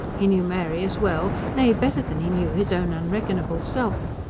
he knew mary as well nay, better than he knew his own unreckonable self.